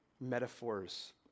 metaphors